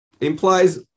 implies